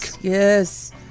Yes